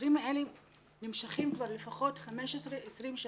הדברים האלה נמשכים לפחות 15, 20 שנה.